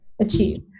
achieve